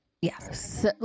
Yes